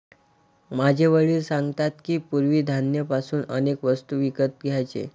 माझे वडील सांगतात की, पूर्वी धान्य पासून अनेक वस्तू विकत घ्यायचे